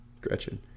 Gretchen